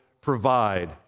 provide